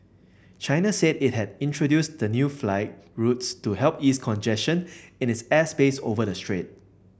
China said it had introduced the new flight routes to help ease congestion in its airspace over the strait